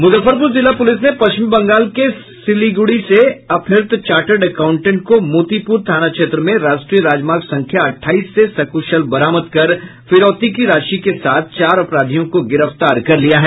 मुजफ्फरपुर जिला पुलिस ने पश्चिम बंगाल के सिलीगुड़ी से अपहृत चार्टर्ड अकाउंटेंट को मोतीपूर थाना क्षेत्र में राष्ट्रीय राजमार्ग संख्या अठाईस से सक्शल बरामद कर फिरौती की राशि के साथ चार अपराधियों को गिरफ्तार कर लिया है